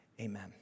amen